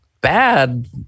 bad